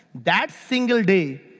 that single day,